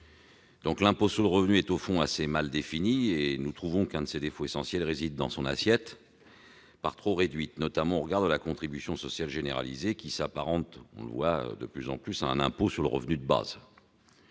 L'impôt sur le revenu est, au fond, assez mal défini. L'un de ses défauts essentiels réside dans son assiette, par trop réduite, notamment au regard de la contribution sociale généralisée, qui s'apparente de plus en plus à un impôt sur le revenu de base.